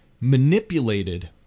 manipulated